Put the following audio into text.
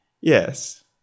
Yes